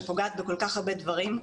שפוגעת בכל כך הרבה דברים,